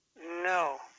No